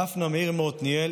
דפנה מאיר מעתניאל,